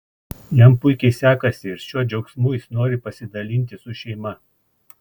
jam puikiai sekasi ir šiuo džiaugsmu jis nori pasidalinti su šeima